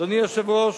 אדוני היושב-ראש,